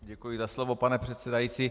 Děkuji za slovo, pane předsedající.